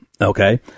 okay